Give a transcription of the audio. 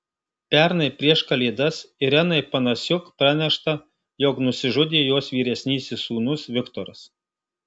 pernai prieš kalėdas irenai panasiuk pranešta jog nusižudė jos vyresnysis sūnus viktoras